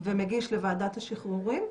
ומגיש לוועדת השחרורים.